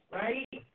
right